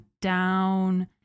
down